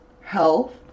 health